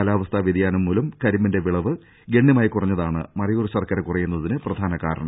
കാലാവസ്ഥാ വൃതിയാനംമൂലം കരിമ്പിന്റെ വിളവ് ഗണ്യമായി കുറഞ്ഞതാണ് മറയൂർ ശർക്കര കുറയു ന്നതിന് പ്രധാന കാരണം